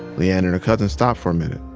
le-ann and her cousins stopped for a minute